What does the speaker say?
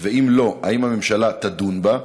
2. אם לא, האם הממשלה תדון בה?